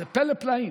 זה פלא-פלאים,